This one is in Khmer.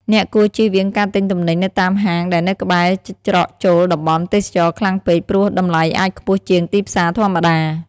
អ្នកគួរជៀសវាងការទិញទំនិញនៅតាមហាងដែលនៅក្បែរច្រកចូលតំបន់ទេសចរណ៍ខ្លាំងពេក ព្រោះតម្លៃអាចខ្ពស់ជាងទីផ្សារធម្មតា។